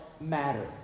matter